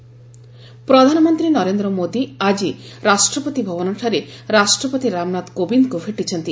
PM president ପ୍ରଧାନମନ୍ତ୍ରୀ ନରେନ୍ଦ୍ର ମୋଦି ଆଜି ରାଷ୍ଟ୍ରପତି ଭବନଠାରେ ରାଷ୍ଟ୍ରପତି ରାମନାଥ କୋବିନ୍ଦଙ୍କୁ ଭେଟିଛନ୍ତି